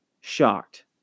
shocked